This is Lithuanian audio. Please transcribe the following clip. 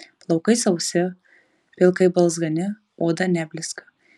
plaukai sausi pilkai balzgani oda neblizga